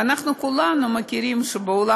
ואנחנו כולנו יודעים שבעולם,